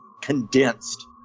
condensed